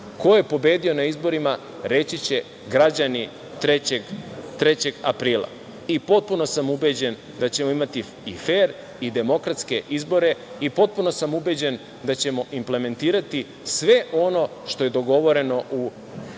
Ko je pobedio na izborima reći će građani 3. aprila. Potpuno sam ubeđen da ćemo imati i fer i demokratske izbore i potpuno sam ubeđen da ćemo implementirati sve ono što je dogovoreno